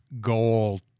goal